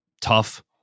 Tough